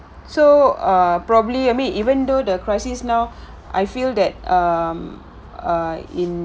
so err probably I mean even though the crisis now I feel that um err in